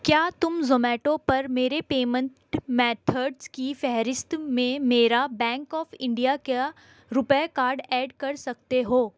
کیا تم زومیٹو پرمیرے پیمینٹ میتھڈز کی فہرست میں میرا بینک آف انڈیا کیا روپئے کارڈ ایڈ کر سکتے ہو